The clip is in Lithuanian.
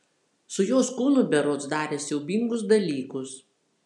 su jos kūnu berods darė siaubingus dalykus